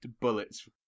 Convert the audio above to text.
bullets